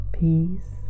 peace